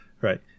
Right